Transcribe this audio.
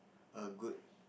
a good